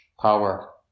power